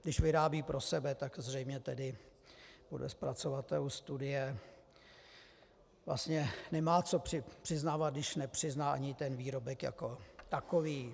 Když vyrábí pro sebe, tak zřejmě tedy podle zpracovatelů studie vlastně nemá co přiznávat, když nepřizná ani ten výrobek jako takový.